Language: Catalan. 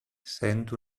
sent